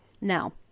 Now